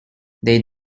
they